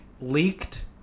leaked